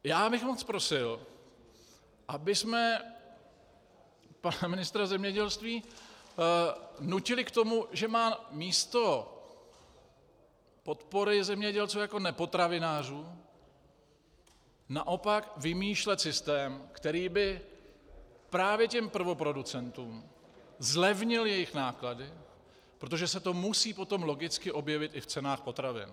Já bych prosil, abychom pana ministra zemědělství nutili k tomu, že má místo podpory zemědělců jako nepotravinářů naopak vymýšlet systém, který by právě prvoproducentům zlevnil jejich náklady, protože se to musí potom logicky objevit i v cenách potravin.